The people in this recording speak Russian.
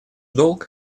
долг